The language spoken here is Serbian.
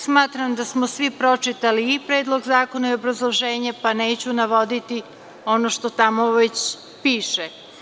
Smatram da smo svi pročitali i Predlog zakona i obrazloženje, pa neću navoditi ono što tamo već piše.